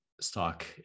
stock